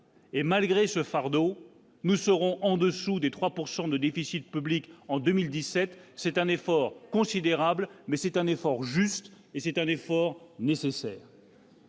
Et malgré ce fardeau, nous serons en dessous des 3 pourcent de déficit public en 2017, c'est un effort considérable, mais c'est un effort juste et c'est un effort nécessaire.